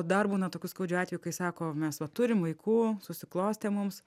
dar būna tokių skaudžių atvejų kai sako mes va turim vaikų susiklostė mums